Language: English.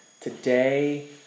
today